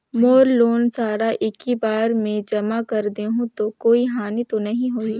मोर loan सारा एकी बार मे जमा कर देहु तो कोई हानि तो नी होही?